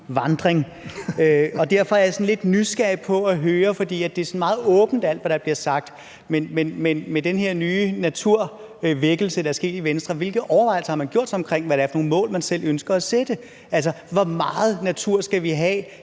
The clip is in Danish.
ørkenvandring. Derfor er jeg sådan lidt nysgerrig efter at høre – for alt, hvad der bliver sagt, er meget åbent: Med den her nye naturvækkelse, der er sket i Venstre, hvilke overvejelser har man gjort sig om, hvad det er for nogle mål, man selv ønsker at sætte? Altså, hvor meget natur skal vi have,